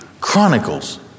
Chronicles